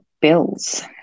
bills